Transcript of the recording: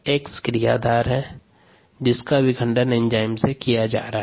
X क्रियाधार है जिसका विखंडन enzyme से किया जा रहा है